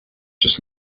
just